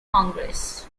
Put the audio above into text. congress